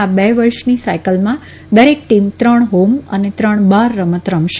આ બે વર્ષની સાયકલમાં દરેક ટીમ ત્રણ હોમ અને ત્રણ બહાર રમત રમશે